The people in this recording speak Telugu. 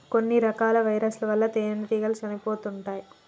కొన్ని రకాల వైరస్ ల వల్ల తేనెటీగలు చనిపోతుంటాయ్